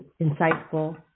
insightful